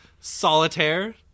solitaire